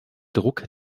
druck